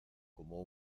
como